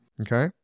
okay